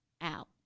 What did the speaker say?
out